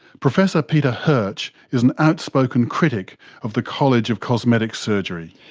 professor peter haertsch is an outspoken critic of the college of cosmetic surgery.